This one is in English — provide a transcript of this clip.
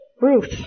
Ruth